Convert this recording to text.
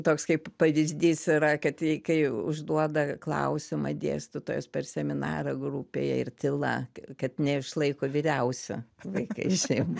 toks kaip pavyzdys yra kad kai užduoda klausimą dėstytojas per seminarą grupėje ir tyla kad neišlaiko vyriausi vaikai šiaip